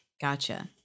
Gotcha